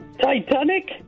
Titanic